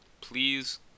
Please